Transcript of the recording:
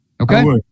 okay